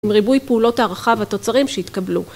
עם ריבוי פעולות הערכה והתוצרים שהתקבלו